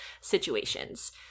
situations